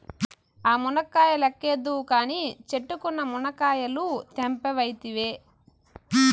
ఆ మునక్కాయ లెక్కేద్దువు కానీ, చెట్టుకున్న మునకాయలు తెంపవైతివే